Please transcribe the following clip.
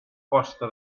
posta